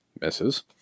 misses